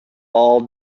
all